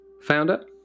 founder